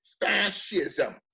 fascism